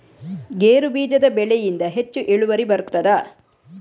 ಗೇರು ಬೀಜದ ಬೆಳೆಯಿಂದ ಹೆಚ್ಚು ಇಳುವರಿ ಬರುತ್ತದಾ?